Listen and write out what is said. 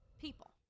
people